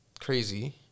crazy